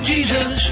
Jesus